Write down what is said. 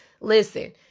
Listen